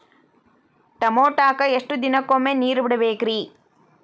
ಟಮೋಟಾಕ ಎಷ್ಟು ದಿನಕ್ಕೊಮ್ಮೆ ನೇರ ಬಿಡಬೇಕ್ರೇ?